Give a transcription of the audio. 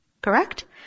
Correct